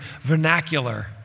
vernacular